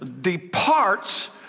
departs